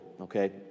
okay